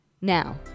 Now